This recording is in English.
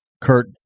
Kurt